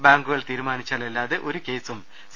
ബാങ്കു കൾ തീരുമാനിച്ചാൽ അല്ലാതെ ഒരുകേസും സി